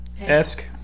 esque